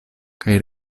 kaj